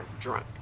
drunk